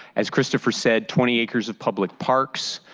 as christopher says, twenty acres of public parks.